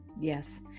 Yes